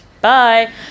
bye